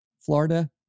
Florida